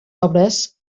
obres